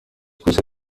کوسه